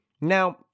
Now